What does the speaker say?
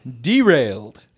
Derailed